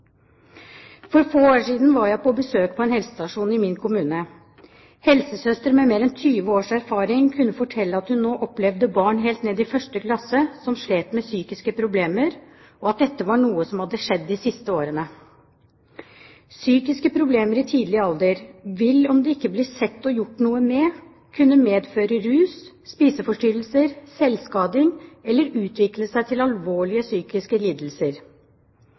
For få år siden var jeg på besøk på en helsestasjon i min kommune. Helsesøster, med mer enn 20 års erfaring, kunne fortelle at hun nå opplevde barn helt ned i 1. klasse som slet med psykiske problemer, og at dette var noe som hadde skjedd de siste årene. Psykiske problemer i tidlig alder vil – om det ikke blir sett og gjort noe med det, kunne medføre rusproblemer, spiseforstyrrelser, selvskading, eller utvikle seg til alvorlige psykiske lidelser.